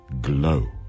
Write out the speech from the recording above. Glow